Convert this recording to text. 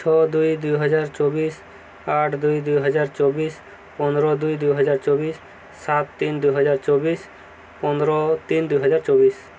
ଛଅ ଦୁଇ ଦୁଇହଜାର ଚବିଶି ଆଠ ଦୁଇ ଦୁଇହଜାର ଚବିଶି ପନ୍ଦର ଦୁଇ ଦୁଇହଜାର ଚବିଶି ସାତ ତିନି ଦୁଇହଜାର ଚବିଶି ପନ୍ଦର ତିନି ଦୁଇହଜାର ଚବିଶି